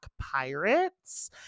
pirates